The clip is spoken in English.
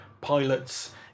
pilots